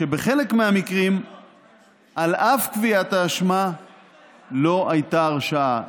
ובחלק מהמקרים על אף קביעת האשמה לא הייתה הרשעה.